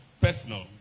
personal